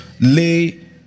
lay